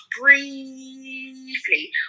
briefly